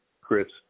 Chris